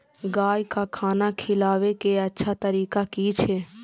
गाय का खाना खिलाबे के अच्छा तरीका की छे?